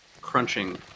crunching